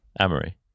amory